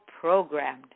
programmed